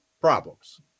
problems